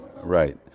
Right